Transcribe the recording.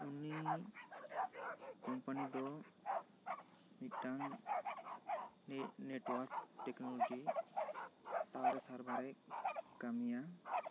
ᱩᱱᱤ ᱠᱚᱢᱯᱟᱹᱱᱤ ᱫᱚ ᱢᱤᱫᱴᱟᱝ ᱱᱮᱴᱣᱟᱨᱠ ᱴᱮᱠᱱᱚᱞᱚᱡᱤ ᱴᱟᱣᱟᱨ ᱥᱟᱨᱵᱷᱟᱨ ᱮ ᱠᱟᱹᱢᱤᱭᱟ